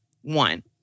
one